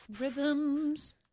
Rhythms